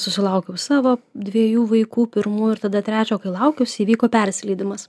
susilaukiau savo dviejų vaikų pirmųjų ir tada trečio kai laukiausi įvyko persileidimas